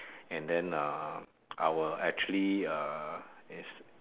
and then (uh)I will actually err is